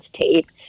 tape